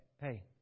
hey